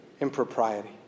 impropriety